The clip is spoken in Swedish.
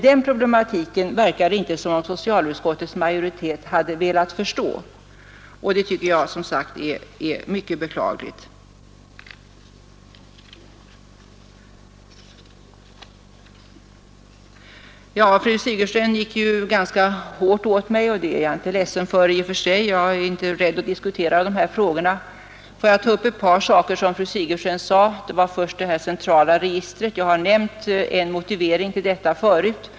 Den problematiken verkar det inte som om socialutskottets majoritet hade velat förstå, och det tycker jag som sagt är mycket beklagligt. Fru Sigurdsen gick ganska hårt åt mig. Det är jag inte ledsen för i och för sig, eftersom jag inte är rädd för att diskutera de här frågorna. Jag vill ta upp ett par punkter i vad fru Sigurdsen sade. Först var det det här centrala registret. Jag har nämnt en motivering till detta förut.